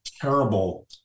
terrible